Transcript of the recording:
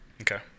Okay